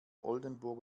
oldenburg